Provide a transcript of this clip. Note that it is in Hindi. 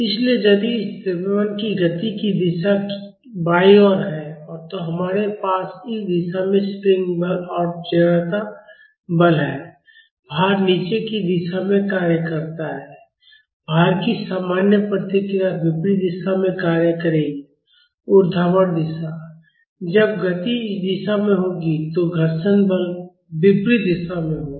इसलिए यदि इस द्रव्यमान की गति की दिशा बाईं ओर है तो हमारे पास इस दिशा में स्प्रिंग बल और जड़ता बल है भार नीचे की दिशा में कार्य करता है भार की सामान्य प्रतिक्रिया विपरीत दिशा में कार्य करेगी ऊर्ध्वाधर दिशा जब गति इस दिशा में होगी तो घर्षण बल विपरीत दिशा में होगा